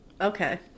Okay